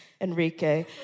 Enrique